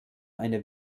eine